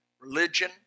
religion